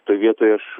toj vietoj aš